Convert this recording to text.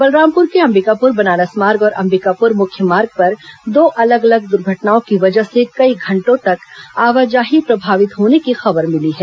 बलरामपुर के अंबिकापुर बनारस मार्ग और अंबिकापुर मुख्य मार्ग पर दो अलग अलग दुर्घटनाओं की वजह से कई घंटों तक आवाजाही प्रभावित होने की खंबर मिली है